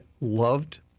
loved